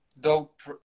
dope